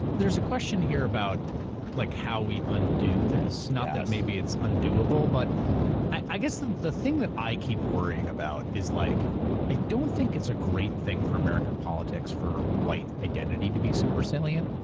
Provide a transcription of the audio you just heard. there's a question here about like how we undo this. not that maybe it's undoable, but i guess the the thing that i keep worrying about is, like i don't think it's a great thing for american politics for white identity to be super-salient.